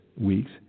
week's